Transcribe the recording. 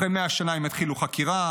אחרי מאה שנה הם יתחילו חקירה,